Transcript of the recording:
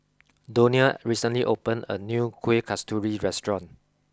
Donia recently opened a new Kuih Kasturi restaurant